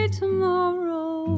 tomorrow